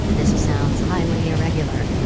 this sounds highly irregular.